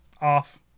off